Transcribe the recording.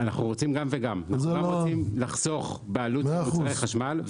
זה לא --- אנחנו רוצים גם וגם: גם לחסוך בעלות של מוצרי החשמל,